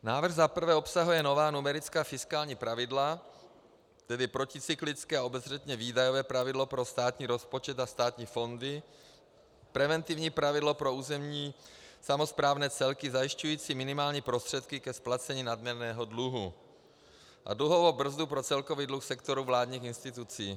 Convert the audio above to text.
Návrh za prvé obsahuje nová numerická fiskální pravidla, tedy proticyklické a obezřetně výdajové pravidlo pro státní rozpočet a státní fondy, preventivní pravidlo pro územní samosprávné celky zajišťující minimální prostředky ke splacení nadměrného dluhu a dluhovou brzdu pro celkový dluh v sektoru vládních institucí.